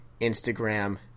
Instagram